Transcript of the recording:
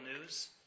news